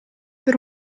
per